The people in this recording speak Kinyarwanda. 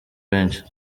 benshi